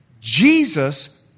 Jesus